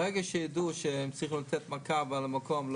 ברגע שיידעו שהם צריכים לתת מעקב על המקום.